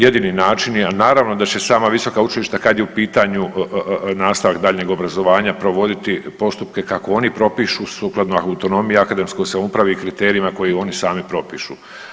Jedini način, a naravno da će sama visoka učilišta kada je u pitanju nastavak daljnjeg obrazovanja provoditi postupke kako oni propišu sukladno autonomiji, akademskoj samoupravi i kriterijima koji oni sami propišu.